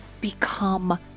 become